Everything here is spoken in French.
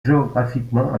géographiquement